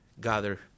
gather